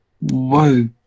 Whoa